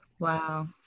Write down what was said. Wow